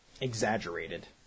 exaggerated